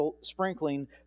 sprinkling